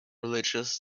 religious